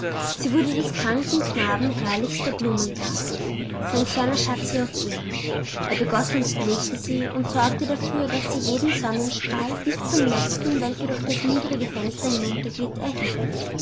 sie wurde des kranken knaben herrlichster blumengarten sein kleiner schatz hier auf erden er begoß und pflegte sie und sorgte dafür daß sie jeden sonnenstrahl bis zum letzten welcher durch das niedrige fenster hinunterglitt